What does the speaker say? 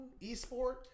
esport